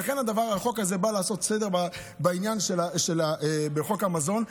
לכן החוק הזה בא לעשות סדר בחוק המזון,